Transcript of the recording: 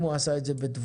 אם הוא עשה את זה בתבונה.